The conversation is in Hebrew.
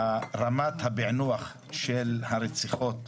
רמת הפענוח של הרציחות,